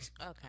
Okay